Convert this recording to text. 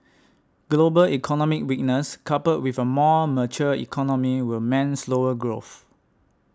global economic weakness coupled with a more mature economy will meant slower growth